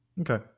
Okay